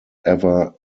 ever